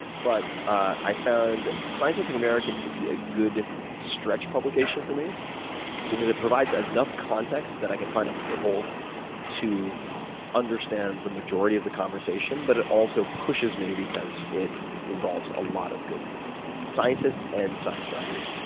but i found scientific american to be a good stretch publication for me because it provides enough context that i can find a foothold to understand a majority of the conversation, but it also pushes me because it involves a lot of good scientists and science writers.